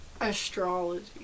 Astrology